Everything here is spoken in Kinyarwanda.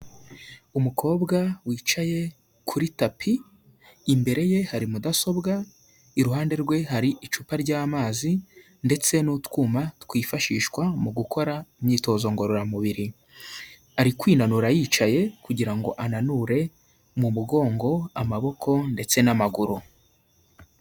Umukobwa wicaye kuri tapi, imbere ye hari mudasobwa, iruhande rwe hari icupa ry'amazi ndetse n'utwuma twifashishwa mu gukora imyitozo ngororamubiri. Ari kwinanura yicaye kugira ngo ananure mu mugongo, amaboko ndetse n'amaguru.